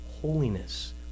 holiness